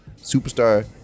Superstar